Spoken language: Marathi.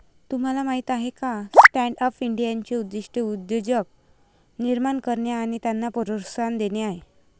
तुम्हाला माहीत आहे का स्टँडअप इंडियाचे उद्दिष्ट उद्योजक निर्माण करणे आणि त्यांना प्रोत्साहन देणे आहे